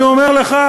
אני אומר לך,